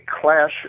clash